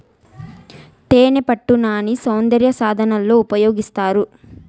తేనెపట్టు నాన్ని సౌందర్య సాధనాలలో ఉపయోగిస్తారు